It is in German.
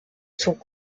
zog